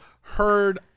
heard